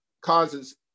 causes